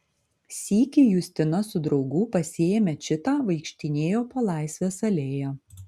sykį justina su draugu pasiėmę čitą vaikštinėjo po laisvės alėją